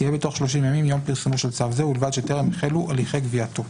תהיה בתוך 30 ימים מיום פרסומו של צו זה ובלבד שטרם החלו הליכי גבייתו.